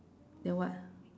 then what